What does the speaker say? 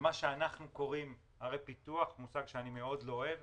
מה שאנחנו קוראים לו ערי פיתוח מושג שאני מאוד לא אוהב